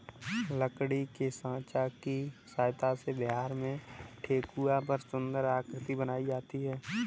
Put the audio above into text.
लकड़ी के साँचा की सहायता से बिहार में ठेकुआ पर सुन्दर आकृति बनाई जाती है